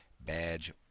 badge